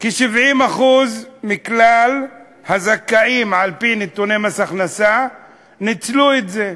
כ-70%; כ-70% מכלל הזכאים על-פי נתוני מס הכנסה ניצלו את זה.